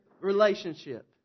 relationship